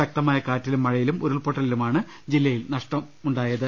ശക്തമായ കാറ്റിലും മഴയിലും ഉരുൾപ്പൊട്ടലിലുമാണ് ജില്ലയിൽ നാശ മുണ്ടായത്